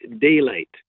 daylight